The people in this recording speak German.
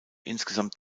insgesamt